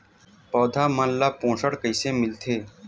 पौधा मन ला पोषण कइसे मिलथे?